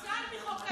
פוצל מחוק ההסדרים.